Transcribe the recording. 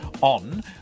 on